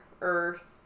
earth